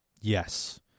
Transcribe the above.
yes